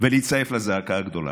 ולהצטרף לזעקה הגדולה?